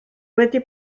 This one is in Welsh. wedi